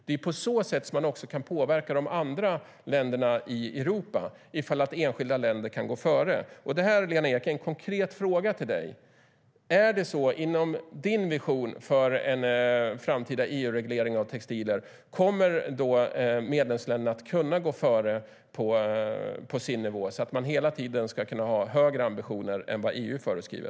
Det är på så sätt som man också kan påverka de andra länderna i Europa, ifall enskilda länder kan gå före. En konkret fråga till Lena Ek: Kommer medlemsländerna inom din vision för en framtida EU-reglering av textilier att kunna gå före på sin nivå, så att man hela tiden ska kunna ha högre ambitioner än vad EU föreskriver?